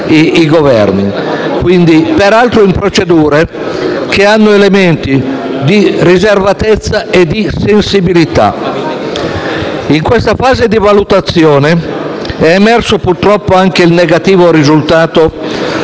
troviamo all'interno di procedure che presentano elementi di riservatezza e sensibilità. In questa fase di valutazione, è emerso purtroppo anche il negativo risultato